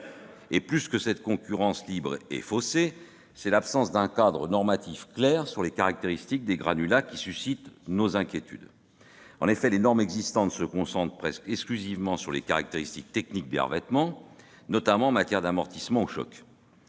Plus que cette concurrence libre et faussée, c'est l'absence d'un cadre normatif clair sur les caractéristiques des granulats qui suscite nos inquiétudes. En effet, les normes existantes se concentrent presque exclusivement sur les caractéristiques techniques des revêtements, notamment en matière d'amortissement des chocs.